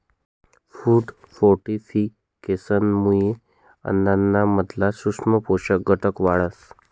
food फोर्टिफिकेशनमुये अन्नाना मधला सूक्ष्म पोषक घटक वाढतस